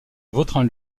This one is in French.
vautrin